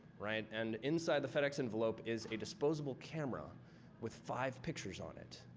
right? and inside the fedex envelope is a disposable camera with five pictures on it,